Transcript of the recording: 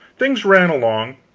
things ran along,